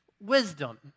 wisdom